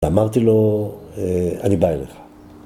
אמרתי לו, אה... "אני בא אליך"